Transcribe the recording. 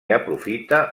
aprofita